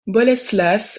boleslas